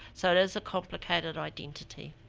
so, there's a complicated identity.